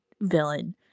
villain